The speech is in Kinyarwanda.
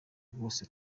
rwose